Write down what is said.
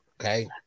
Okay